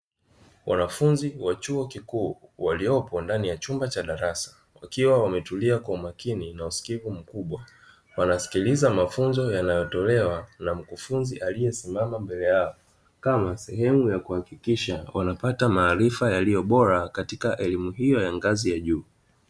Wanafunzi wa chuo kikuu, waliopo ndani ya chumba cha darasa, wakiwa wametulia kwa umakini na usikivu mkubwa. Wanasikiliza mafunzo yanayotolewa na mkufunzi aliyesimama mbele yao, kama sehemu ya kuhakikisha wanapata maarifa yaliyo bora katika elimu hiyo ya ngazi ya juu.